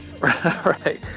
right